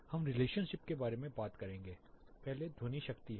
हम रिलेशनशिप के बारे में बात करेंगे पहले ध्वनि शक्ति है